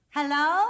Hello